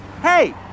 Hey